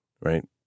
right